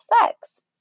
sex